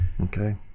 Okay